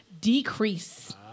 decrease